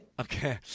Okay